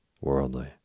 worldly